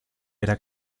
era